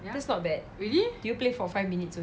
that's not bad really do you play for five minutes only